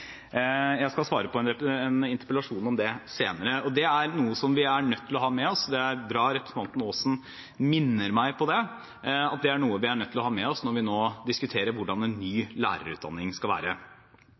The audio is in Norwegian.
Jeg skal svare på en interpellasjon om det senere. Det er noe som vi er nødt til å ha med oss. Det er bra representanten Aasen minner meg om det. Det er noe vi er nødt til å ha med oss når vi nå diskuterer hvordan en ny lærerutdanning skal være.